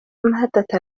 مادة